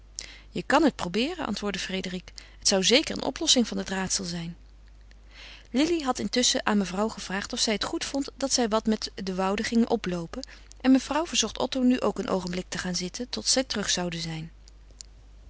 je kan het probeeren antwoordde frédérique het zou zeker een oplossing van het raadsel zijn lili had intusschen aan mevrouw gevraagd of zij het goed vond dat zij wat met de woude ging oploopen en mevrouw verzocht otto nu ook een oogenblik te gaan zitten tot zij terug zouden zijn